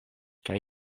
kaj